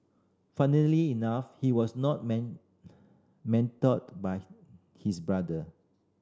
funnily enough he was not mentored by his brother